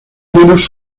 menos